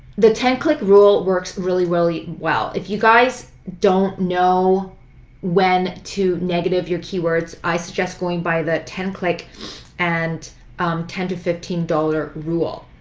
the ten click rule works really, really well. if you guys don't know when to negative your keywords, i suggest going by the ten click and ten dollars to fifteen dollars rule.